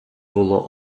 було